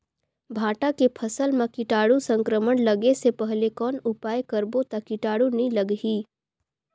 भांटा के फसल मां कीटाणु संक्रमण लगे से पहले कौन उपाय करबो ता कीटाणु नी लगही?